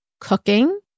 cooking